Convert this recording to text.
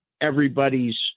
everybody's